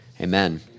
amen